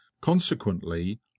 consequently